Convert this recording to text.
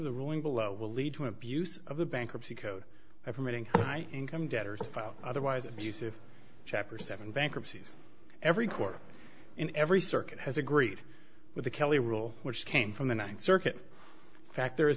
of the ruling below will lead to abuse of the bankruptcy code of permitting high income debtors otherwise abusive chapter seven bankruptcy every court in every circuit has agreed with the kelly rule which came from the ninth circuit fact there is